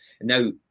Now